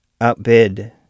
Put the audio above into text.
Outbid